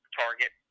target